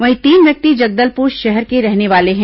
वहीं तीन व्यक्ति जगदलपुर शहर के रहने वाले हैं